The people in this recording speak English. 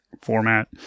format